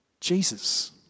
Jesus